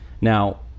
Now